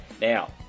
Now